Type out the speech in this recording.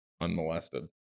unmolested